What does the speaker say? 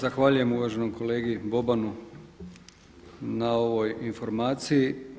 Zahvaljujem uvaženom kolegi Bobanu na ovoj informaciji.